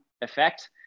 effect